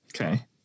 Okay